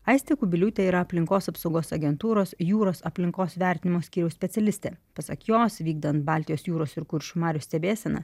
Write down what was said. aistė kubiliūtė yra aplinkos apsaugos agentūros jūros aplinkos vertinimo skyriaus specialistė pasak jos vykdant baltijos jūros ir kuršių marių stebėseną